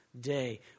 day